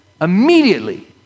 immediately